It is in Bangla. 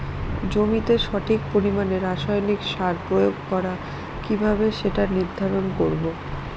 জমিতে সঠিক পরিমাণে রাসায়নিক সার প্রয়োগ করা কিভাবে সেটা নির্ধারণ করব?